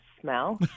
smell